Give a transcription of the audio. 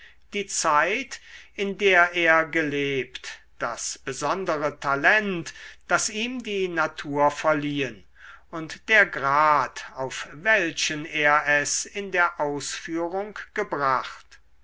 die zeit in der er gelebt das besondere talent das ihm die natur verliehen und der grad auf welchen er es in der ausführung gebracht